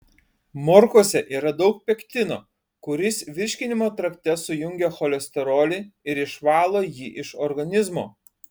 morkose yra daug pektino kuris virškinimo trakte sujungia cholesterolį ir išvalo jį iš organizmo